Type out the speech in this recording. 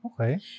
Okay